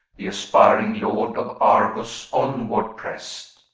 the aspiring lord of argos onward pressed.